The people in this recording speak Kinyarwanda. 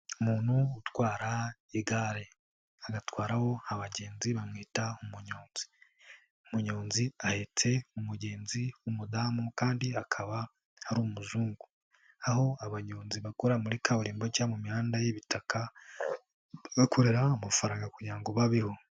Umuntu utwara igare agatwaraho abagenzi bamwita umunyozi. Umunyonzi ahetse umugenzi w'umudamu kandi akaba ari umuzungu. Aho abanyonzi bakora muri kaburimbo cyangwa mu mihanda y'ibitaka, bakorera amafaranga kugira ngo babeho.